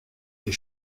est